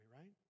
right